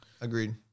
agreed